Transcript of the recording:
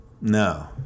No